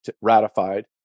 ratified